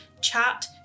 chat